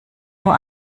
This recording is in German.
nur